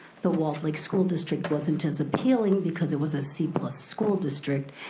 the walled lake school district wasn't as appealing because it was a c plus school district,